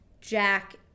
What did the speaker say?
Jack